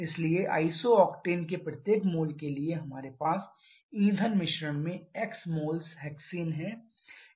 इसलिए आइसोटैक्टेन के प्रत्येक मोल के लिए हमारे पास ईंधन मिश्रण में एक्स मोल्स हेक्सेन है